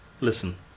Listen